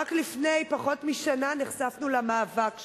רק לפני פחות משנה נחשפנו למאבק שלהם,